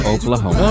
Oklahoma